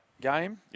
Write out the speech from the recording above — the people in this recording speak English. game